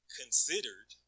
considered